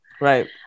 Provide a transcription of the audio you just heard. right